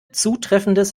zutreffendes